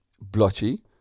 blotchy